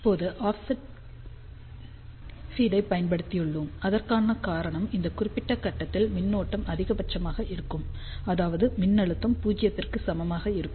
இப்போது offset feed ஐப் பயன்படுத்தியுள்ளோம் அதற்கான காரணம் இந்த குறிப்பிட்ட கட்டத்தில் மின்னோட்டம் அதிகபட்சமாக இருக்கும் அதாவது மின்னழுத்தம் 0 க்கு சமமாக இருக்கும்